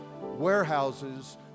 warehouses